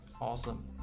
Awesome